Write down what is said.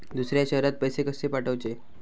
दुसऱ्या शहरात पैसे कसे पाठवूचे?